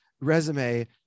resume